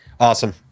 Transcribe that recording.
Awesome